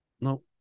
No